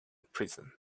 prison